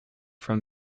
from